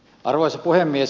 arvoisa puhemies